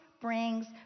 brings